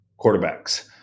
quarterbacks